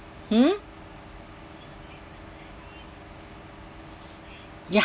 hmm yeah